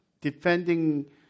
defending